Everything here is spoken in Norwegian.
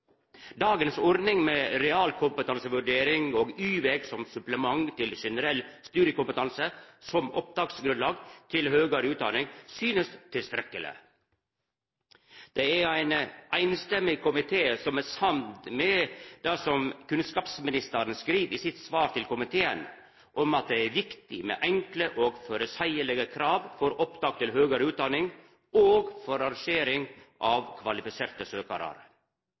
Dagens ordning med realkompetansevurdering og Y-veg som supplement til generell studiekompetanse som opptaksgrunnlag til høgare utdanning synest tilstrekkeleg. Ein einstemmig komité er samd i det som kunnskapsministeren skriv i sitt svar til komiteen om at det er viktig med enkle og føreseielege krav for opptak til høgare utdanning og for rangering av kvalifiserte søkarar.